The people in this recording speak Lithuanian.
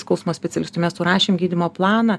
skausmo specialistui mes surašėm gydymo planą